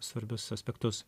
svarbius aspektus